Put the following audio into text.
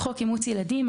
(ז)חוק אימוץ ילדים,